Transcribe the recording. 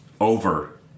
over